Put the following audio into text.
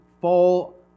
fall